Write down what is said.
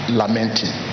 lamenting